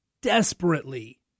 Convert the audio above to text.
desperately